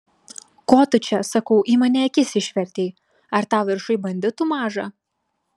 ko tu čia sakau į mane akis išvertei ar tau viršuj banditų maža